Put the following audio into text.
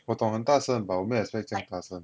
我懂很大声 but 我没有 expect 这样大声